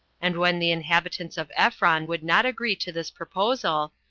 and when the inhabitants of ephron would not agree to this proposal,